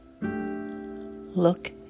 look